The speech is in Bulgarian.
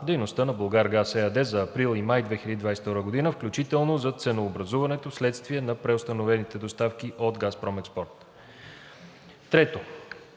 дейността на „Булгаргаз“ ЕАД за април и май 2022 г., включително за ценообразуването вследствие на преустановените доставки от ООО „Газпром Експорт“. Трето,